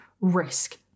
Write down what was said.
risk